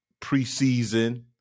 preseason